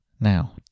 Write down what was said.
Now